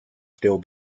still